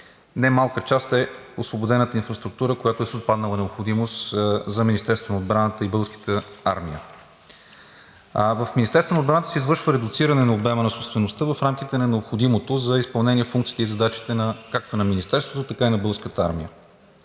Немалка част е освободената инфраструктура, която е с отпаднала необходимост за Министерството на отбраната и Българската армия. В Министерството на отбраната се извършва редуциране на обема на собствеността в рамките на необходимото за изпълнение на функциите и задачите както на Министерството, така и на Българската армия.